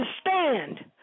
stand